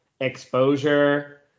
exposure